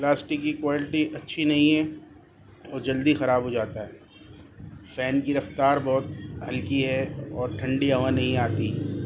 plastic کی quality اچھی نہیں ہیں اور جلدی خراب ہو جاتا ہے فین کی رفتار بہت ہلکی ہے اور ٹھنڈی ہوا نہیں آتی